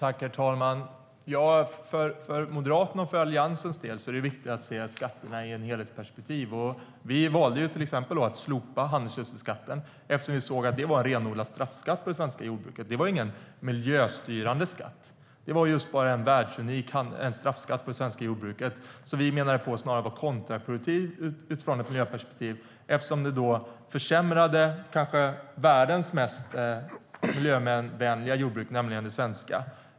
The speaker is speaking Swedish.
Herr talman! För Moderaternas och Alliansens del är det viktigt att se skatterna i ett helhetsperspektiv. Vi valde till exempel att slopa handelsgödselskatten, eftersom vi såg att det var en renodlad straffskatt på det svenska jordbruket. Det var ingen miljöstyrande skatt. Det var en världsunik straffskatt på det svenska jordbruket som enligt oss snarare var kontraproduktiv utifrån ett miljöperspektiv, eftersom den försämrade konkurrenskraften för världens kanske mest miljövänliga jordbruk, nämligen det svenska.